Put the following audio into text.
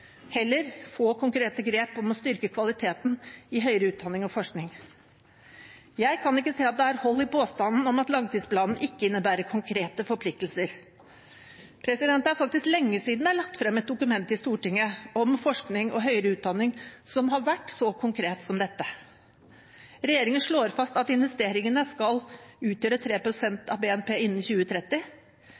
heller få konkrete grep om å styrke kvaliteten i høyere utdanning og forskning. Jeg kan ikke se at det er hold i påstanden om at langtidsplanen ikke innebærer konkrete forpliktelser. Det er faktisk lenge siden det er lagt frem et dokument i Stortinget om forskning og høyere utdanning som har vært så konkret som dette. Regjeringen slår fast at investeringene skal utgjøre 3 pst. av BNP innen 2030.